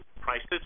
prices